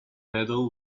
pedal